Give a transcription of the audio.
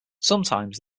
sometimes